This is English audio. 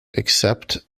except